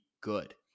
good